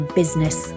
business